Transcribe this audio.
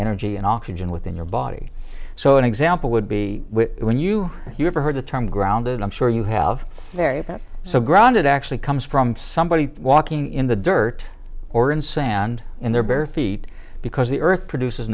energy and oxygen within your body so an example would be when you you have heard the term grounded i'm sure you have very that so grounded actually comes from somebody walking in the dirt or in sand in their bare feet because the earth produces